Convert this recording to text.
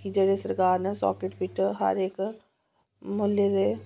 कि जेह्ड़े सरकार ने साकिट पिट हर इक म्हल्ले दे